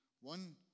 One